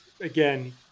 again